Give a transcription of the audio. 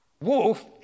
Wolf